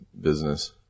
business